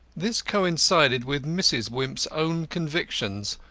this coincided with mrs. wimp's own convictions,